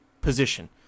position